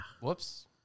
Whoops